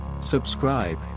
Subscribe